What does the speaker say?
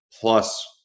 plus